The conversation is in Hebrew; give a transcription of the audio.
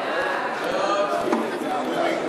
ההצעה להעביר